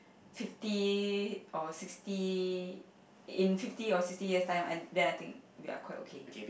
fifty or sixty in fifty or sixty years time I then I think we are quite okay